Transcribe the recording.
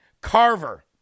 Carver